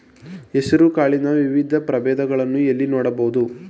ಹೆಸರು ಕಾಳಿನ ವಿವಿಧ ಪ್ರಭೇದಗಳನ್ನು ಎಲ್ಲಿ ನೋಡಬಹುದು?